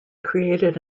created